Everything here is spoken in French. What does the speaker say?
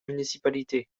municipalités